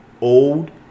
old